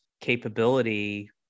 capability